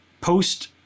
Post